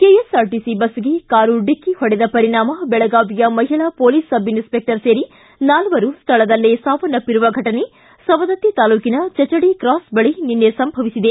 KSRTC ಬಸ್ಗೆ car ಡಿಕ್ಕಿ ಹೊಡೆದ ಪರಿಣಾಮ ಬೆಳಗಾವಿಯ ಮಹಿಳಾ ಪೊಲೀಸ್ ಸಬ್ ಇನ್ಸ್ಪೆಕ್ಟರ್ ಸೇರಿ ನಾಲ್ವರು ಸ್ಥಳದಲ್ಲೇ ಸಾವನ್ನಪ್ಪಿರುವ ಫಟನೆ ಸವದತ್ತಿ ತಾಲೂಕಿನ ಚಚಡಿ ಕ್ರಾಸ್ ಬಳಿ ನಿನ್ನೆ ಸಂಭವಿಸಿದೆ